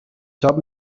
top